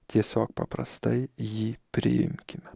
tiesiog paprastai jį priimkime